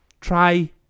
try